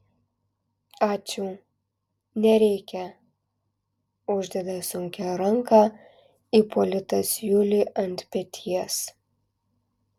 ačiū nereikia uždeda sunkią ranką ipolitas juliui ant peties